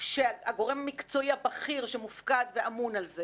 אנחנו מתואמים גם עם השב"כ בנושא הזה.